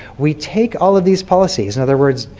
we take all of these policies, in other words,